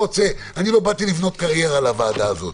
אני לא באתי לבנות קריירה על הוועדה הזאת.